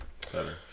better